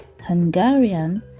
Hungarian